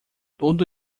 todo